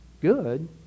good